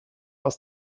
aus